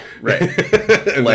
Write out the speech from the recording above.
Right